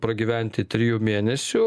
pragyventi trijų mėnesių